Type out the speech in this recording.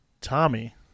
Tommy